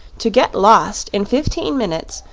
to get lost in fifteen minutes,